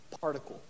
particle